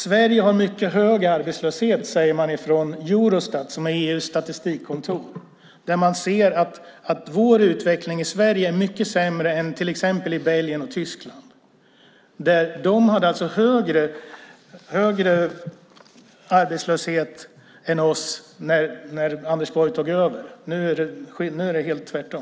Sverige har mycket hög arbetslöshet, säger man från Eurostat, som är EU:s statistikkontor. Man ser där att vår utveckling i Sverige är mycket sämre än den är till exempel i Belgien och Tyskland. De hade alltså högre arbetslöshet än vi när Anders Borg tog över, och nu är det tvärtom.